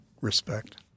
respect